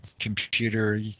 computer